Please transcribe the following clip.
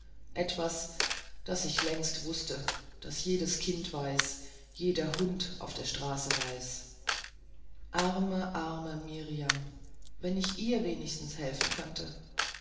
etwas was ich längst wußte was jedes kind weiß jeder hund auf der straße weiß arme arme mirjam wenn ich ihr wenigstens helfen könnte